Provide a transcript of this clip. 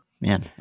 man